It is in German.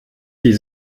die